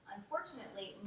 Unfortunately